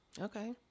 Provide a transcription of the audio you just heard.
Okay